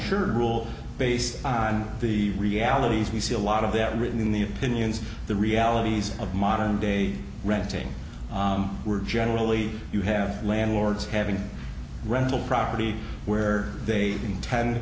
sure rule based on the realities we see a lot of that written in the opinions the realities of modern day renting were generally you have landlords having rental property where they intend